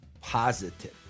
positive